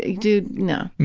dude, no.